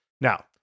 Now